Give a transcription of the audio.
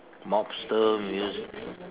mobster music